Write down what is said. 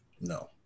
No